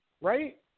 right